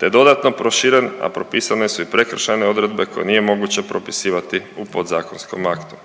te dodatno proširen, a propisane su i prekršajne odredbe koje nije moguće propisivati u podzakonskom aktu.